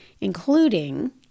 including